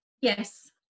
yes